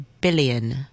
billion